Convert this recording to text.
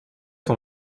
ton